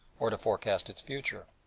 or to forecast its future.